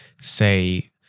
say